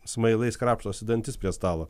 smailais krapštosi dantis prie stalo